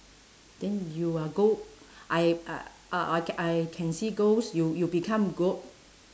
then you are go I uh uh I c~ I can see ghost you you become go